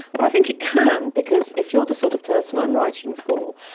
well, i think it can because if you are the sort of person i'm writing for,